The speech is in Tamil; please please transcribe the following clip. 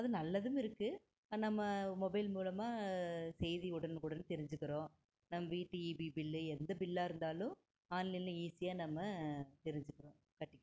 அது நல்லதும் இருக்கு நம்ம மொபைல் மூலமாக செய்தி உடனுக்குடன் தெரிஞ்சுக்குறோம் நம்ம வீட்டு ஈபி பில்லு எந்த பில்லா இருந்தாலும் ஆன்லைன்லயே ஈஸியா நம்ம தெரிஞ்சுக்குறோம் கட்டிக்கிறோம்